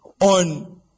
on